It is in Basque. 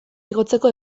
igotzeko